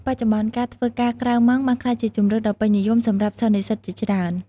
បច្ចុប្បន្ន ការធ្វើការក្រៅម៉ោងបានក្លាយជាជម្រើសដ៏ពេញនិយមសម្រាប់សិស្សនិស្សិតជាច្រើន។